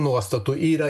nuostatų yra